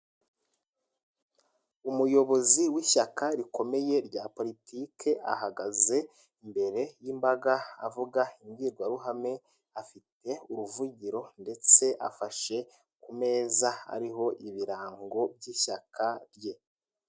Umuyobozi w'ishyaka rikomeye rya politiki ahagaze imbere y'imbaga avuga imbwirwaruhame afite uruvugiro ndetse afashe ku meza hariho ibirango by'ishyaka rye.